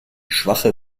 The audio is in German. schwache